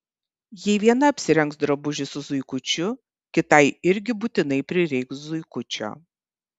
jei viena apsirengs drabužį su zuikučiu kitai irgi būtinai prireiks zuikučio